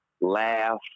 laugh